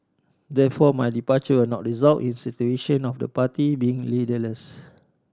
therefore my departure will not result in situation of the party being leaderless